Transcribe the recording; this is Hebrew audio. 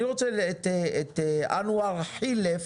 אני רוצה לשמוע את אנואר חילף.